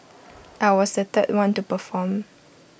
I was the third one to perform